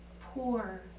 poor